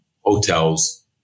hotels